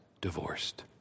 divorced